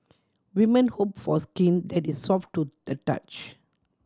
women hope for skin that is soft to the touch